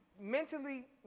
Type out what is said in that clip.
mentally